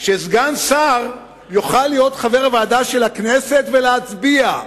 שסגן שר יוכל להיות חבר ועדה של הכנסת ולהצביע.